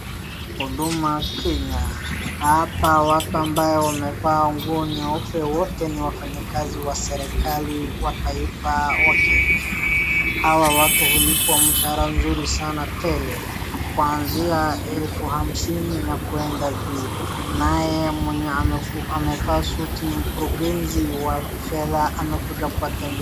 Huduma Kenya, hapa watu ambao wamevaa nguo nyeupe wote ni wafanyakazi wa serikali wa taifa wakenya. Hawa watu hulipwa mshahara nzuri sana tele kuanzia elfu hamsini na kwenda juu. Naye mwenye amevaa suti ni mkurungezi wa fedha amekuja kuwatembelea.